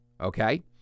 Okay